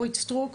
אורית סטרוק,